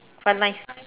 but my